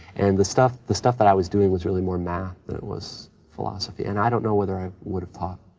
and the stuff, the stuff that i was doing was really more math than it was philosophy and i don't know whether i would have taught.